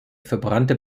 verbrannte